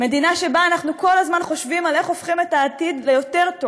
מדינה שבה אנחנו כל הזמן חושבים איך אנחנו הופכים את העתיד לטוב יותר,